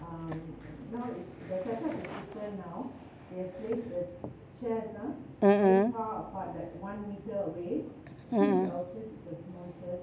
mmhmm mm mm